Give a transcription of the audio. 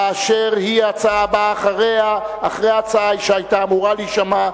אשר היא ההצעה הבאה אחרי ההצעה שהיתה אמורה להישמע.